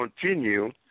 continue